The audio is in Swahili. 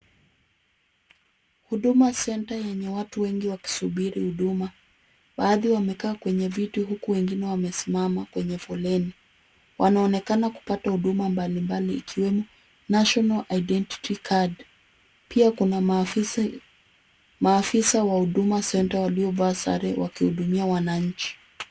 Huduma Center yenye watu wengi wakisubiri huduma. Baadhi wamekaa kwenye viti huku wengine wamesimama kwenye foleni. Wanaonekana kupata huduma mbalimbali ikiwemo, national identity card . Pia kuna maafisa wa Huduma center waliovaa sare wakihudumia wananchi.